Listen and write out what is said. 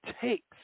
takes